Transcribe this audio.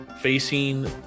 Facing